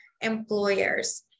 employers